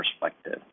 perspective